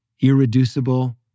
irreducible